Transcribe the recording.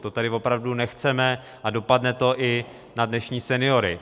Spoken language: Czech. To tady opravdu nechceme a dopadne to i na dnešní seniory.